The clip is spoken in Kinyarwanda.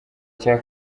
icya